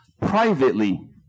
privately